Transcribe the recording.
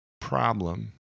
problem